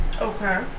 Okay